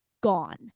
gone